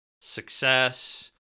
success